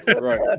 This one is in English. Right